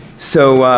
so,